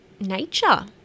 nature